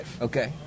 Okay